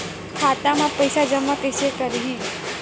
खाता म पईसा जमा कइसे करही?